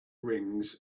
rings